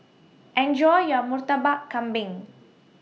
Enjoy your Murtabak Kambing